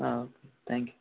thank you